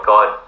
God